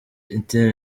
itel